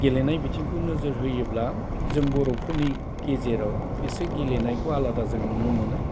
गेलेनाय बिथिंखौ नोजोर होयोब्ला जों बर'फोरनि गेजेराव एसे गेलेनायखौ आलादा जों नुनो मोनो